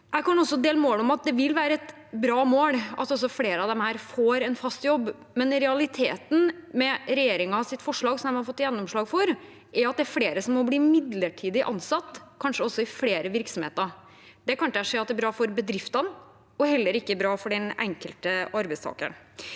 Jeg kan også dele målet om at det vil være bra at flere av disse får en fast jobb, men realiteten, med regjeringens forslag som de har fått gjennomslag for, er at det er flere som nå blir midlertidig ansatt, kanskje også i flere virksomheter. Det kan ikke jeg se at er bra for bedriftene, og heller ikke bra for den enkelte arbeidstaker.